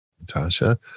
Natasha